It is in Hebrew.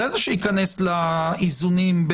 אחרי זה להיכנס לאיזונים.